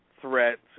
threats